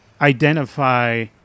identify